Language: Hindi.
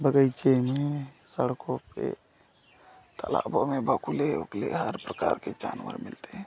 बग़ीचे में सड़कों पर तालाबों में बगुले उगले हर प्रकार के जानवर मिलते हैं